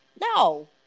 No